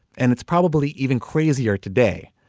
and it's probably even crazier today.